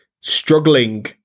struggling